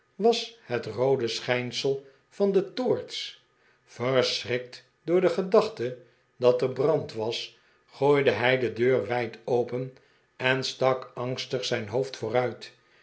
was het roode schijnsel van de toorts verschrikt door de gedachte dat er brand was gooide hij de deur wijd open en stak angstig zijn hoofd vooruit